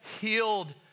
healed